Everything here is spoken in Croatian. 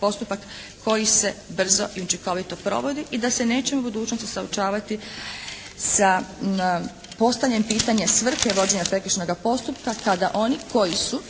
postupak koji se brzo i učinkovito provodi i da se nećemo u budućnosti suočavati sa postavljanjem pitanja svrhe vođenja prekršajnoga postupka kada oni koji su